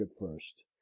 first